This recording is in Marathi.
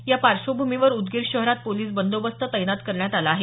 या पार्श्वभूमीवर उदगीर शहरात पोलिस बंदोबस्त तैनात करण्यात आला आहे